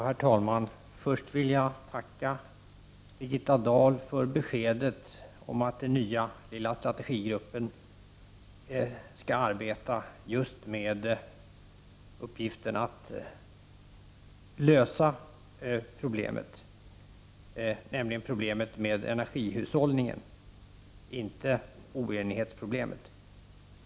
Herr talman! Först vill jag tacka Birgitta Dahl för beskedet om att den nya strategigruppen skall arbeta just med uppgiften att lösa problemet, dvs. problemet med energihushållningen och inte oenighetsproblemet.